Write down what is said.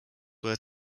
were